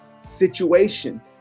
situation